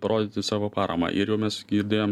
parodyti savo paramą ir jau mes girdėjom